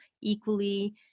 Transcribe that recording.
equally